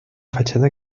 fachada